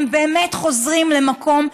באמת חוזרים למקום,